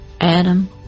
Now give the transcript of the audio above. Adam